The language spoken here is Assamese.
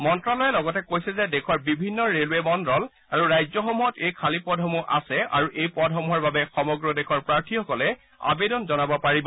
মন্ত্যালয়ে লগতে কয় যে দেশৰ বিভিন্ন ৰেলৱে মণ্ডল আৰু ৰাজ্যসমূহত এই খালী পদসমূহ আছে আৰু এই পদসমূহৰ বাবে সমগ্ৰ দেশৰ প্ৰাৰ্থীসকলে আৱেদন জনাব পাৰিব